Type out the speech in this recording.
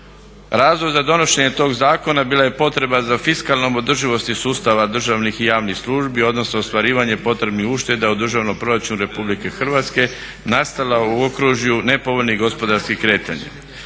Razlog za donošenje tog zakona bila je potreba za fiskalnom održivosti sustava državnih i javnih službi, odnosno ostvarivanje potrebnih ušteda u Državnom proračunu RH nastala u okružju nepovoljnih gospodarskih kretanja.